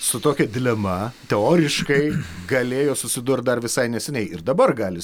su tokia dilema teoriškai galėjo susidurt dar visai neseniai ir dabar gali